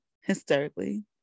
hysterically